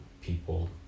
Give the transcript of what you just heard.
people